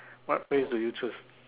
what phrase do you choose